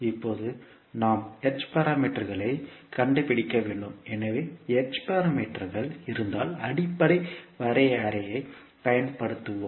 இப்போது நாம் h பாராமீட்டர்களைக் கண்டுபிடிக்க வேண்டும் எனவே h பாராமீட்டர்கள் இருந்தால் அடிப்படை வரையறையைப் பயன்படுத்துவோம்